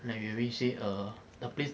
like maybe you say err the place